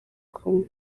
kumwe